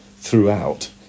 throughout